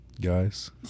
Guys